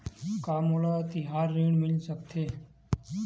का मोला तिहार ऋण मिल सकथे?